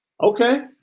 Okay